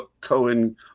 Cohen